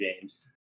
James